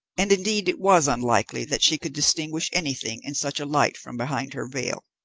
and indeed it was unlikely that she could distinguish anything in such a light from behind her veil.